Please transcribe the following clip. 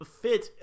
fit